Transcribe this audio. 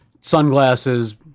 sunglasses